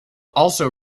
also